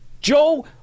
Joe